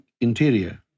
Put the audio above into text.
interior